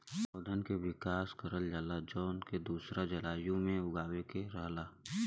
पौधन के विकास करल जाला जौन के दूसरा जलवायु में उगावे के रहला